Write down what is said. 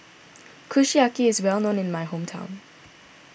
Kushiyaki is well known in my hometown